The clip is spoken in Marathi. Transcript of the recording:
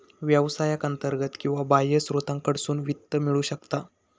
व्यवसायाक अंतर्गत किंवा बाह्य स्त्रोतांकडसून वित्त मिळू शकता